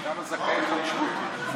אם בנט נסע בשבת, כולם יהודים.